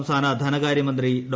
സംസ്ഥാന ധനകാര്യമന്ത്രി ഡോ